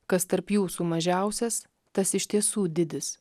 kas tarp jūsų mažiausias tas iš tiesų didis